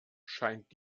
scheint